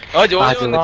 ideological